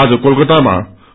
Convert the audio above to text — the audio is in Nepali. आज कोलकातामा